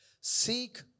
Seek